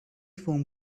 foam